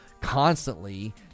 constantly